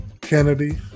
Kennedy